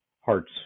hearts